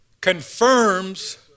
confirms